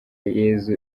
yesu